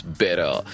better